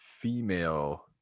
female